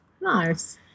nice